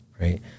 right